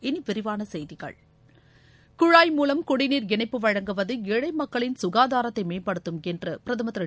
இனி விரிவான செய்திகள் குழாய் மூலம் குடிநீர் இணைப்பு வழங்குவது ஏழை மக்களின் சுகாதாரத்தை மேம்படுத்தும் என்று பிரதமர் திரு